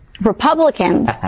Republicans